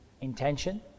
intention